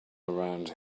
around